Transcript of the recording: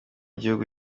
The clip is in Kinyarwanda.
gihugu